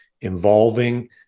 involving